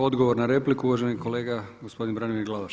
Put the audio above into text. Odgovor na repliku uvaženi kolega gospodin Branimir Glavaš.